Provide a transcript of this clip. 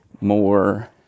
more